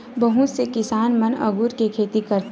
बहुत से किसान मन अगुर के खेती करथ